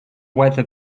weather